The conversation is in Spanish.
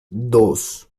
dos